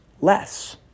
less